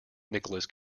nicholas